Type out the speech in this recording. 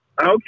Okay